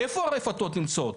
איפה הרפתות נמצאות?